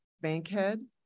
Bankhead